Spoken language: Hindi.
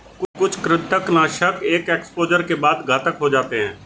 कुछ कृंतकनाशक एक एक्सपोजर के बाद घातक हो जाते है